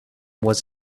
was